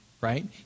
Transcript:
right